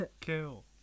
kill